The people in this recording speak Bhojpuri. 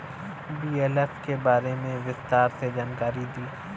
बी.एल.एफ के बारे में विस्तार से जानकारी दी?